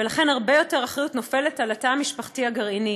ולכן הרבה יותר אחריות נופלת על התא המשפחתי הגרעיני.